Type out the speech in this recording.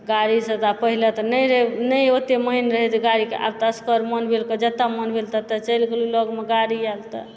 गाड़ीसँ तऽपहिले नहि रहए नहि ओते मानि रहए जे गाड़ीके आब तऽ असगर मन भेल जतऽ मन भेल ततऽ चलि गेलहुँ लगमे गाड़ी यऽ तऽ